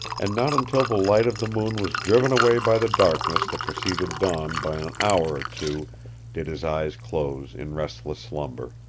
and not until the light of the moon was driven away by the darkness that preceded dawn by an hour or two did his eyes close in restless slumber.